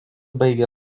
baigė